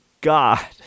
god